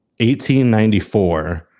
1894